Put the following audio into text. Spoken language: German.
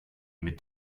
mit